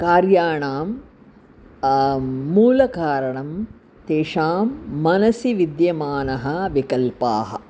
कार्याणां मूलकारणं तेषां मनसि विद्यमानाः विकल्पाः